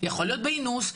יכול להיות באינוס,